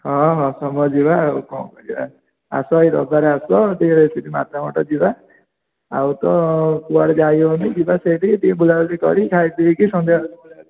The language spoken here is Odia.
ହଁ ହଁ ସମସ୍ତେ ଯିବେ ବା ଆଉ କ'ଣ କରିବା ଆସ ଏଇ ରବିବାରରେ ଆସ ଟିକେ ସେଠି ମାତାମଠ ଟିକେ ଯିବା ଆଉ ତ କୁଆଡ଼େ ଯାଇ ହଉନି ଯିବା ସେଇଠିକି ଟିକେ ବୁଲା ବୁଲି କରିକି ଖାଇ ପିଇକି ସନ୍ଧ୍ୟା ସୁଦ୍ଧା